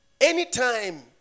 Anytime